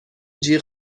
جیغ